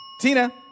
Tina